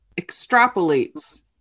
extrapolates